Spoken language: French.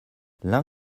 l’un